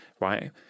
right